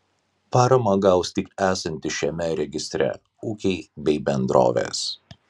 paramą gaus tik esantys šiame registre ūkiai bei bendrovės